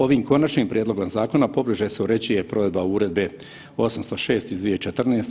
Ovim konačnim prijedlogom zakona pobliže se uređuje provedba uredbe 806 iz 2014.